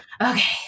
Okay